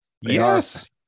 Yes